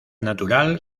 natural